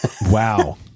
wow